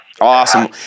awesome